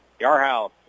Yarhouse